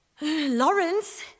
Lawrence